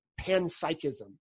panpsychism